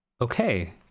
Okay